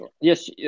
Yes